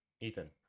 Ethan